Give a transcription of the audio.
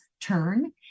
turn